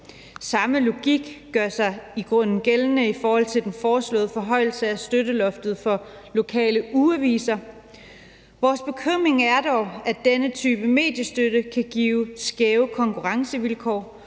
Samme logik gør sig i grunden gældende i forhold til den foreslåede forhøjelse af støtteloftet for lokale ugeaviser. Vores bekymring er dog, at denne type mediestøtte kan give skæve konkurrencevilkår,